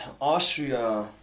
Austria